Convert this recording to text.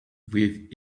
with